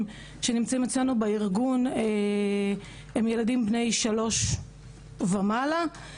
שנמצאים אצלינו בארגון הם ילדים בני שלוש ומעלה.